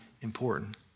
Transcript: important